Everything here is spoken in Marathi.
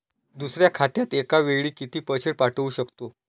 दुसऱ्या खात्यात एका वेळी किती पैसे पाठवू शकतो?